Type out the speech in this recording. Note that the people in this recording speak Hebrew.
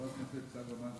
תודה.